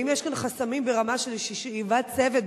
אם יש כאן חסמים ברמה של ישיבת צוות